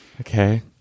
okay